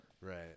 right